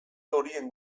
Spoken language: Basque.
horien